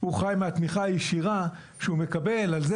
הוא חי מהתמיכה הישירה שהוא מקבל על זה